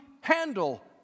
handle